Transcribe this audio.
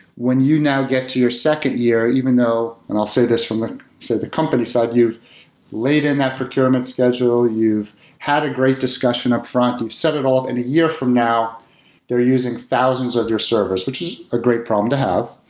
when you now get to your second year, even though and i'll say this from the company's side, you've laden that procurement schedule, you've had a great discussion upfront, you've set it all and a year from now they're using thousands of your servers, which is a great problem to have.